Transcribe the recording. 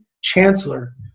Chancellor